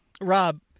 Rob